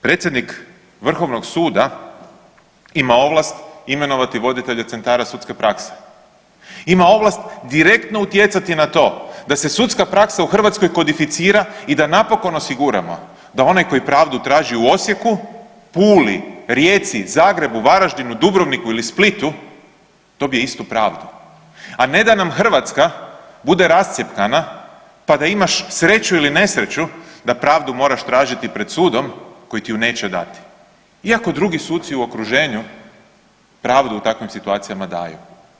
Predsjednik Vrhovnog suda ima ovlast imenovati voditelje centara sudske prakse, ima ovlast direktno utjecati na to da se sudska praksa u Hrvatskoj kodificira i da napokon osiguramo da onaj tko pravdu traži u Osijeku, Puli, Rijeci, Zagrebu, Varaždinu, Dubrovniku ili Splitu dobije istu pravdu, a ne da nam Hrvatska bude rascjepkana pa da imaš sreću ili nesreću da pravdu moraš tražiti pred sudom koju ti je neće dati, iako drugi suci u okruženju pravdu u takvim situacijama daju.